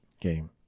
game